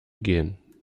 gehen